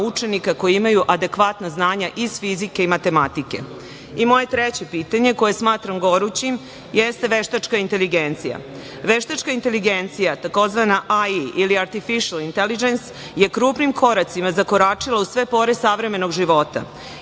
učenika koji imaju adekvatna znanja iz fizike i matematike. Moje treće pitanje koje smatram gorućim, jeste veštačka inteligencija. Veštačka inteligencija, tzv. AI ili artificial intelligence, krupnim koracima zakoračila u sve pore savremenog života.